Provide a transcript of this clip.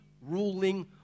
ruling